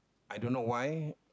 I don't know why